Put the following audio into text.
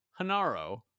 Hanaro